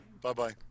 Bye-bye